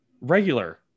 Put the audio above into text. Regular